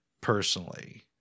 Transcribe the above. personally